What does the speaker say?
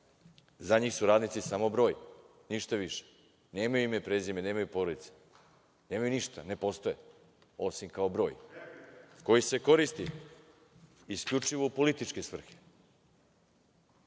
za njih su radnici samo broj. Ništa više. Nemaju ime i prezime. Nemaju porodice. Nemaju ništa, ne postoje. Osim kao broj koji se koristi isključivo u političke svrhe.